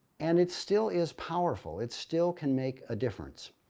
and it still is powerful. it still can make a difference.